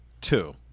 Two